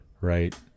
right